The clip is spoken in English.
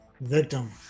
Victim